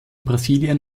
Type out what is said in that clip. brasilien